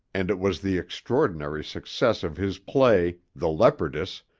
and it was the extraordinary success of his play, the leopardess,